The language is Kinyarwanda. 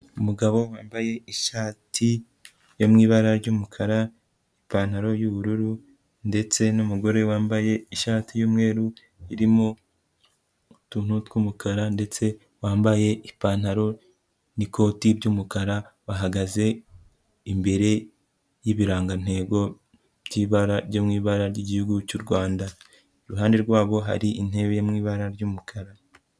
Umugabo wambaye ishati yo mu ibara ry'umukara, ipantaro y'ubururu, ndetse n'umugore wambaye ishati y'umweru irimo utuntu tw'umukara ndetse wambaye ipantaro n'ikoti by'umukara bahagaze imbere y'ibirangantego by'ibara, byo mu ibara ry'igihugu cy'u Rwanda, iruhande rwabo hari intebe yo mu ibara ry'umukara.